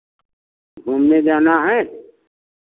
घूमने जाना है